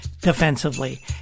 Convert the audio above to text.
defensively